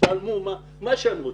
שיצטלמו מה שהם רוצים.